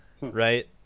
right